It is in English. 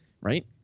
right